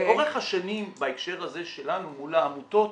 לאורך השנים, בהקשר הזה שלנו מול העמותות,